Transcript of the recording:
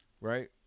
right